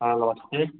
हाँ नमस्ते